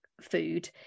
food